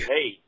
Hey